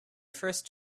first